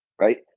right